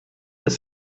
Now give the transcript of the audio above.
ist